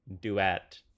duet